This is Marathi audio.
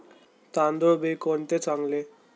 तांदूळ बी कोणते चांगले?